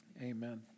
Amen